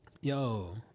Yo